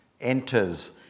enters